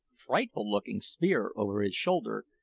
frightful-looking spear over his shoulder,